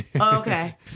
okay